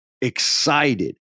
excited